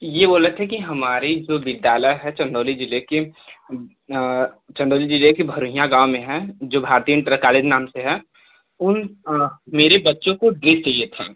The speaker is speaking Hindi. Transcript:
ये बोल रहे थे कि हमारी जो विद्यालय है चंदौली ज़िले के चंदौली ज़िले के भरोहिया गाँव में है जो भारती इन्टर कालेज नाम से है उन मेरे बच्चों को ड्रेस चाहिए थी